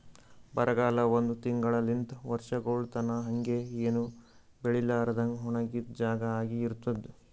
ಬರಗಾಲ ಒಂದ್ ತಿಂಗುಳಲಿಂತ್ ವರ್ಷಗೊಳ್ ತನಾ ಹಂಗೆ ಏನು ಬೆಳಿಲಾರದಂಗ್ ಒಣಗಿದ್ ಜಾಗಾ ಆಗಿ ಇರ್ತುದ್